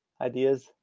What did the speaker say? ideas